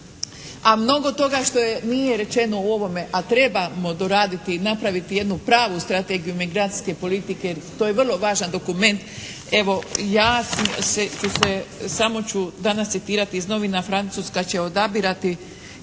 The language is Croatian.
A mnogo toga što nije rečeno u ovome a trebamo doraditi i napraviti jednu pravu strategiju migracijske politike. To je vrlo važan dokument. Evo ja ću se, samo ću danas citirati iz novina: Francuska će odabirati